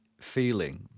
feeling